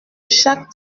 chaque